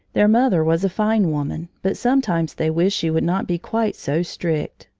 their mother was a fine woman, but sometimes they wished she would not be quite so strict.